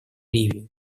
ливии